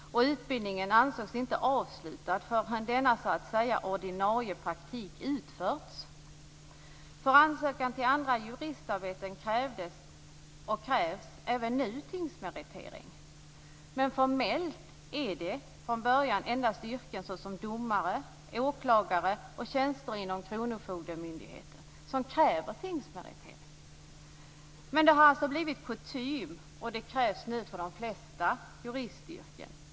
Utbildningen ansågs inte avslutad förrän denna ordinarie praktik utförts. För ansökan till andra juristarbeten krävdes, och krävs även nu, tingsmeritering. Men formellt är det från början endast yrken som domare, åklagare och tjänstemän inom kronofogdemyndigheten som kräver tingsmeritering. Det har alltså blivit kutym att kräva detta för de flesta juristyrken nu.